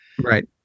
Right